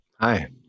hi